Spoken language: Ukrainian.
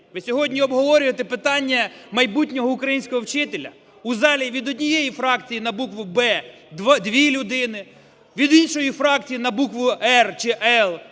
Ви сьогодні обговорюєте питання майбутнього українського вчителя. У залі від однієї фракції на букву "Б" – дві людини, від іншої фракції на букву "Р" чи "Л"